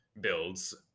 builds